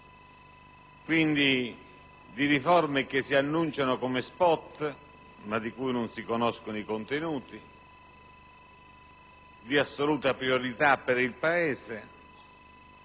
parlare di riforme che si annunciano come *spot*, ma di cui non si conoscono i contenuti, di assoluta priorità per il Paese,